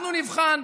אנחנו נבחן,